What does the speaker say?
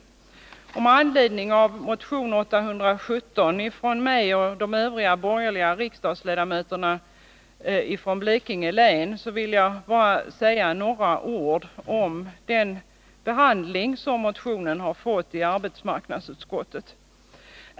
Jag vill bara säga några ord om arbetsmarknadsutskottets behandling av motion 817 från mig och de övriga borgerliga riksdagsledamöterna från Blekinge län.